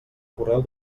correu